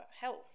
health